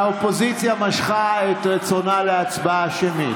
האופוזיציה משכה את רצונה להצבעה שמית.